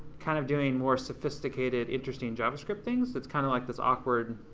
kind of doing more sophisticated, interesting javascript things, so it's kind of like this awkward,